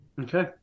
okay